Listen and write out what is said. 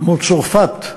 כמו צרפת,